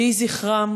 יהי זכרם